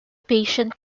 patient